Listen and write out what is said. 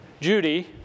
Judy